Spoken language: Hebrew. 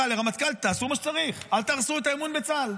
תעשו מה שצריך, אל תהרסו את האמון בצה"ל.